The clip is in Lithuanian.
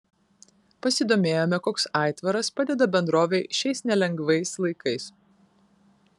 pasidomėjome koks aitvaras padeda bendrovei šiais nelengvais laikais